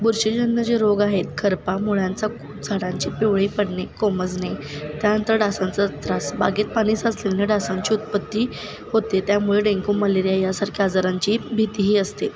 बुरशीजन्य जे रोग आहेत खरपा मुळांचा खूप झाडांची पिवळी पडणे कोमेजणे त्यानंतर डासांचा त्रास बागेत पाणी साचल्याने डासांची उत्पत्ती होते त्यामुळे डेंगू मलेरिया यासारख्या आजारांची भीतीही असते